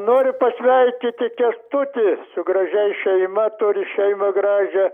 noriu pasveikinti kęstutį su gražiai šeima turi šeimą gražią